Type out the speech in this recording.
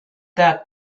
that